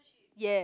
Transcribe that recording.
ya